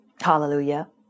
Hallelujah